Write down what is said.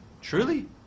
Truly